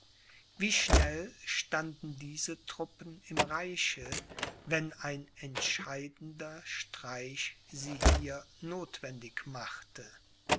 wie schnell standen diese truppen im reiche wenn ein entscheidender streich sie hier notwendig machte